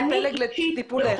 חני פלג, לטיפולך.